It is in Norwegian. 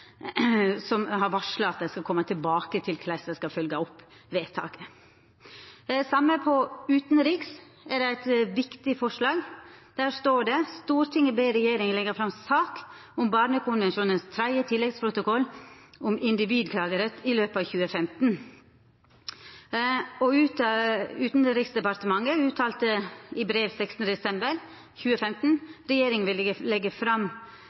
som har varsla at ein skal koma tilbake til korleis ein skal følgja opp vedtaket. Det same gjeld Utanriksdepartementet. Der er det eit viktig forslag. Der står det: «Stortinget ber regjeringen legge fram sak om barnekonvensjonens tredje tilleggsprotokoll om individklagerett i løpet av 2015.» Utanriksdepartentet uttalte i brev 16. desember 2015: «Regjeringen vil legge